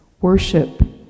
Worship